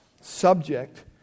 subject